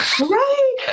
Right